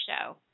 show